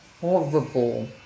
horrible